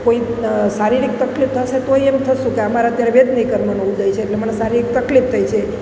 કોઈ શારીરિક તકલીફ થશે તોય એમ થઈશું કે અમારે અત્યારે વેદની કર્મોનો ઉદય છે એટલે મને શારીરિક તકલીફ થઈ છે